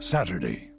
Saturday